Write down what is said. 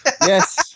yes